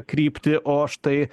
kryptį o štai